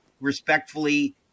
respectfully